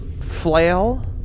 flail